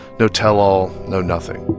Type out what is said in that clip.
no tell-all, no nothing